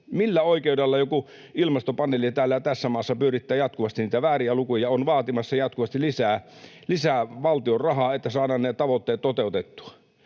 Millä oikeudella joku ilmastopaneeli tässä maassa pyörittää jatkuvasti niitä vääriä lukuja, on vaatimassa jatkuvasti lisää valtion rahaa, että saadaan nämä tavoitteet toteutettua?